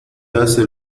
haces